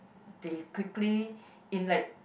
they quickly in like